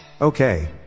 Okay